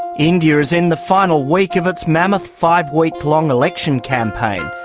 india is in the final week of its mammoth five-week-long election campaign,